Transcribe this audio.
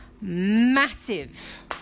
massive